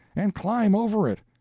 and climb over it,